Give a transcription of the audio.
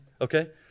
Okay